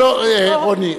או אולי אחד,